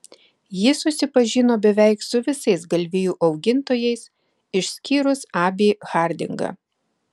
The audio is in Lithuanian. ji susipažino beveik su visais galvijų augintojais išskyrus abį hardingą